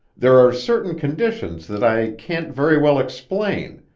there are certain conditions that i can't very well explain,